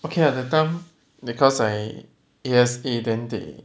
okay at that time because I A_S_A then they